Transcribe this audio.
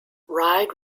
ride